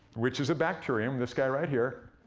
which is a bacterium this guy right here.